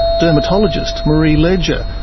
dermatologist marie leger,